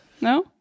No